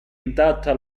intatta